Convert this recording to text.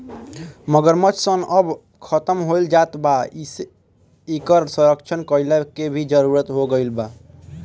मगरमच्छ सन अब खतम होएल जात बा एसे इकर संरक्षण कईला के भी जरुरत हो गईल बा